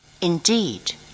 Indeed